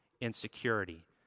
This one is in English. insecurity